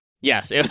Yes